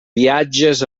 viatges